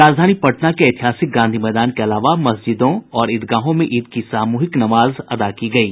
राजधानी पटना के ऐतिहासिक गांधी मैदान के अलावा मस्जिदों और ईदगाहों में ईद की सामूहिक नमाज अदा की गयी